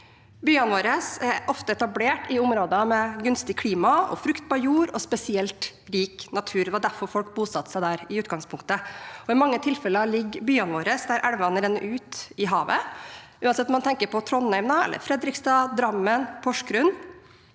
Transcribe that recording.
Byene våre er ofte etablert i områder med gunstig klima og fruktbar jord og spesielt rik natur. Det var derfor folk bosatte seg der i utgangspunktet. I mange tilfeller ligger byene våre der elvene renner ut i havet, enten man tenker på Trondheim, Fredrikstad, Drammen eller Porsgrunn.